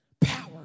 power